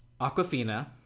Aquafina